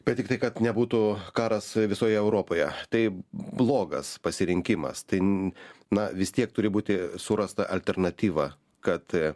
bet tiktai kad nebūtų karas visoj europoje tai blogas pasirinkimas tai na vis tiek turi būti surasta alternatyva kad